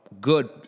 good